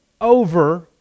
over